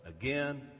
again